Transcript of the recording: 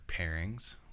pairings